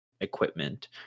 equipment